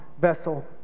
vessel